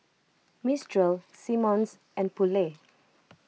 Mistral Simmons and Poulet